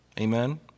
amen